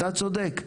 אתה צודק,